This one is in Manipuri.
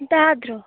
ꯇꯥꯗ꯭ꯔꯣ